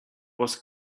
was